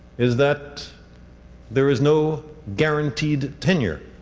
is that there is no guaranteed tenure